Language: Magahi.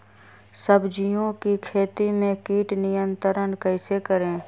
सब्जियों की खेती में कीट नियंत्रण कैसे करें?